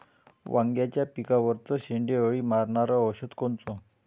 वांग्याच्या पिकावरचं शेंडे अळी मारनारं औषध कोनचं?